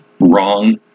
wrong